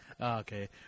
Okay